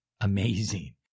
Amazing